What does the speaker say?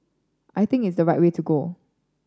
I think it's the right way to go